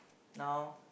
now